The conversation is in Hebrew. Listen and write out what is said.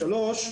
דבר שלישי,